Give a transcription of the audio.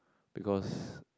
because